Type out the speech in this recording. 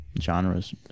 genres